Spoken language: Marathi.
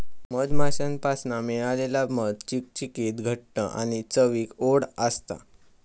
मधमाश्यांपासना मिळालेला मध चिकचिकीत घट्ट आणि चवीक ओड असता